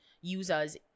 users